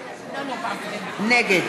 נגד איוב קרא, נגד